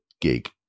gig